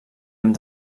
amb